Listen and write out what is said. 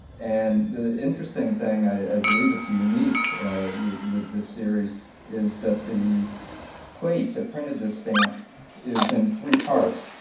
and the interesting thing, i believe, that's unique with with this series is that the plate that printed this stamp is in three parts,